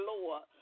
Lord